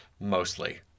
mostly